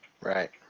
right